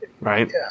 Right